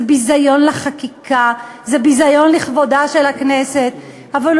זה ביזיון לחקיקה, זה ביזיון לכבודה של הכנסת.